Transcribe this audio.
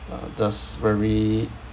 uh that's very